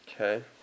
Okay